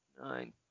Nine